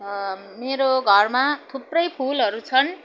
अन्त मेरो घरमा थुप्रै फुलहरू छन्